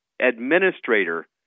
administrator